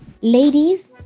Ladies